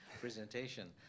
presentation